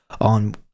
on